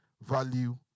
value